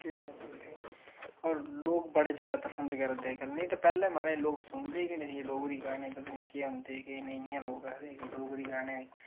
केह् सनाचै तुसेंगी होर लोक बड़ा ज्यादा पसंद करदे नेईं ते पैह्ले महाराज लोक सुनदे गै नेईं हे डोगरी गाने पता नेई केह् होंदे केह् नेईं इयां गै लोक आखदे के डोगरी गाने